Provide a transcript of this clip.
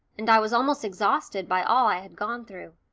and i was almost exhausted by all i had gone through.